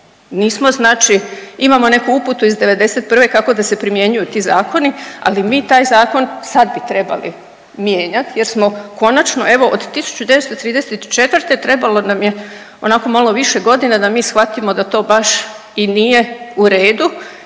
Nismo znači, imamo neku uputu iz '91. kako da se primjenjuju ti zakoni, ali mi taj zakon sad bi trebali mijenjati jer smo konačno evo od 1934. trebalo nam je onako malo više godina da mi shvatimo da to baš i nije u redu.